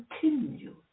continue